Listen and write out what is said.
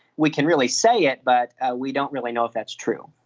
we can really say it but we don't really know if that's true.